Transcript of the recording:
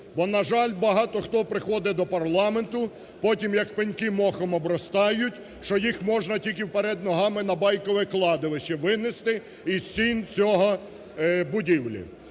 бо на жаль, багато хто приходить до парламенту, потів як пеньки мохом обростають, що їх можна тільки вперед ногами на Байкове кладовище винести із стін цієї будівлі.